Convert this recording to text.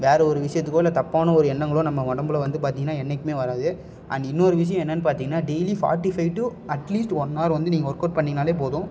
வேறு ஒரு விஷயத்துக்கோ இல்லை தப்பான ஒரு எண்ணங்களோ நம்ம உடம்புல வந்து பார்த்திங்கன்னா என்றைக்குமே வராது அண்ட் இன்னொரு விஷயம் என்னென்று பார்த்திங்கன்னா daily forty five to at least one hour வந்து நீங்கள் ஒர்க் அவுட் பண்ணிங்கன்னாலே போதும்